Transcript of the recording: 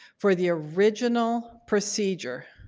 for the original procedure.